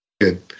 good